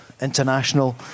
international